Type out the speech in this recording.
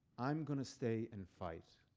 i'm going to stay and fight.